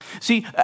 See